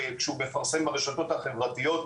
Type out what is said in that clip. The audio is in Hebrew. כשהוא מפרסם ברשתות החברתיות.